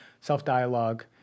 self-dialogue